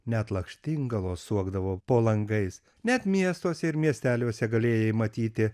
net lakštingalos suokdavo po langais net miestuose ir miesteliuose galėjai matyti